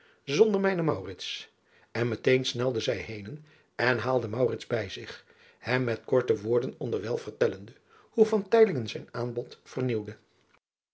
zonder mijnen en metéén snelde zij henen en haalde bij zich hem met korte woorden onderwijl vertellende hoe zijn aanbod vernieuwde